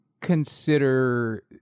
consider